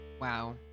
Wow